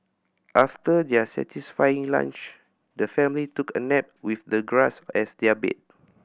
after their satisfying lunch the family took a nap with the grass as their bed